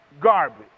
garbage